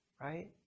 right